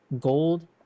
Gold